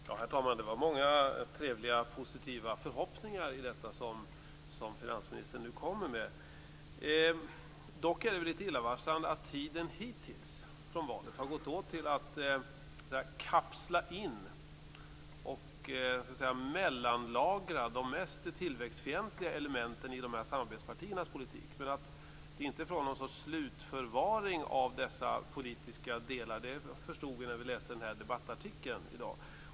Herr talman! Det var många trevliga och positiva förhoppningar i det som finansministern nu kommer med. Dock är det litet illavarslande att tiden hittills från valet har gått åt till att kapsla in och mellanlagra de mest tillväxtfientliga elementen i samarbetspartiernas politik. Men att det inte är fråga om någon sorts slutförvaring av dessa politiska delar förstod vi när vi läste debattartikeln i dag.